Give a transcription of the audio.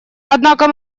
однако